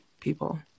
people